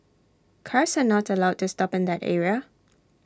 cars are not allowed to stop in that area